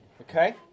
Okay